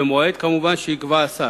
במועד, כמובן, שיקבע השר,